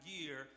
year